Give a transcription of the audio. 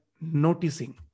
noticing